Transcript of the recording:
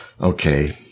okay